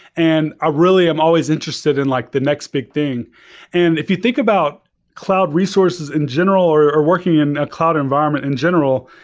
and i really i'm always interested in like the next big thing and if you think about cloud resources in general, or working in a cloud environment in general,